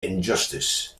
injustice